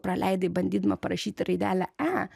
praleidai bandydama parašyti raidelę e